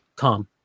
Tom